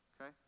Okay